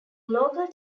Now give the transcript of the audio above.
local